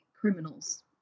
criminals